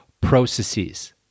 processes